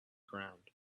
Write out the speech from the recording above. ground